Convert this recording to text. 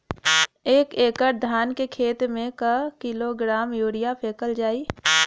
एक एकड़ धान के खेत में क किलोग्राम यूरिया फैकल जाई?